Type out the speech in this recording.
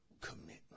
commitment